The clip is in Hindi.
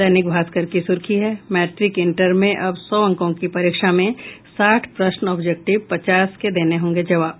दैनिक भास्कर की सुर्खी है मैट्रिक इंटर में अब सौ अंकों की परीक्षा में साठ प्रश्न ऑब्जेक्टिव पचास के देने होंगे जवाब